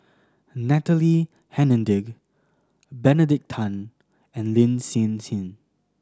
Natalie Hennedige Benedict Tan and Lin Hsin Hsin